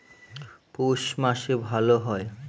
পৌষ মাসে ভালো হয়?